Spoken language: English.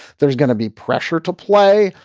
there's going to be pressure to play.